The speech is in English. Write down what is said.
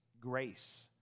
grace